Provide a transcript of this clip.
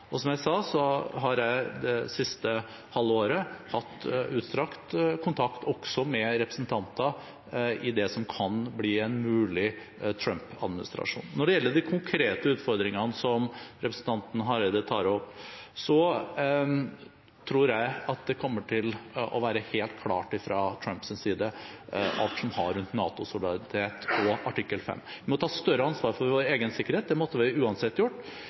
Og, som jeg sa, har jeg det siste halve året hatt utstrakt kontakt også med representanter i det som kan bli en Trump-administrasjon. Når det gjelder de konkrete utfordringene som representanten Hareide tar opp, tror jeg at det kommer til å være helt klart fra Trumps side alt som har med NATO-solidaritet og artikkel 5 å gjøre. Vi må ta større ansvar for vår egen sikkerhet, men det måtte vi uansett ha gjort.